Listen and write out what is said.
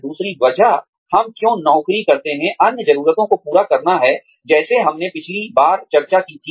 दूसरी वजह हम क्यों नौकरी करते हैं अन्य ज़रूरतों को पूरा करना है जैसे हमने पिछली बार चर्चा की थी